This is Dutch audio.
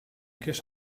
kist